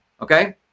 okay